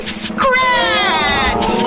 scratch